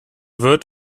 wird